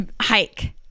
hike